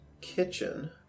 kitchen